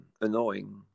annoying